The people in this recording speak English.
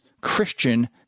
Christian